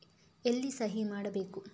ಎಲ್ಲಿ ಸಹಿ ಮಾಡಬೇಕು?